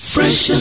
Fresh